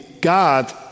God